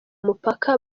mupaka